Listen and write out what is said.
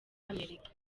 amerika